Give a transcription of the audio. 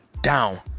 down